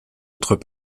autres